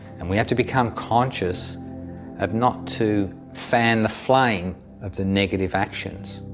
and we have to become conscious of not to fan the flame of the negative actions.